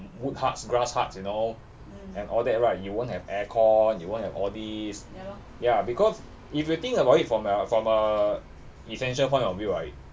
wood huts grass huts you know and all that right you won't have aircon you won't have all this ya because if you think about it from a from a essential point of view right